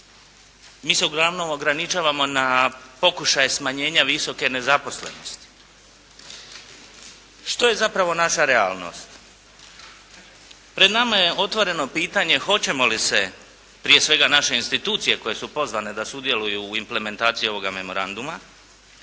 mi se uglavnom ograničavamo na pokušaje smanjenja visoke nezaposlenosti. Što je zapravo naša realnost? Pred nama je otvoreno pitanje hoćemo li se prije svega naše institucije koje su pozvane da sudjeluju u implementaciji ovoga memoranduma